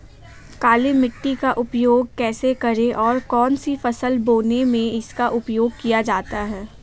काली मिट्टी का उपयोग कैसे करें और कौन सी फसल बोने में इसका उपयोग किया जाता है?